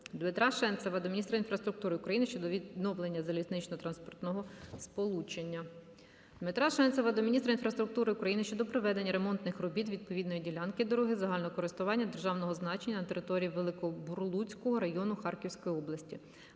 Дмитра Шенцева до міністра інфраструктури України щодо відновлення залізничного транспортного сполучення. Дмитра Шенцева до міністра інфраструктури України щодо проведення ремонтних робіт відповідної ділянки дороги загального користування державного значення на території Великобурлуцького району Харківської області.